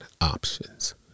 options